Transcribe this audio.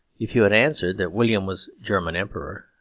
if you had answered that william was german emperor,